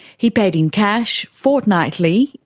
he paid in cash fortnightly,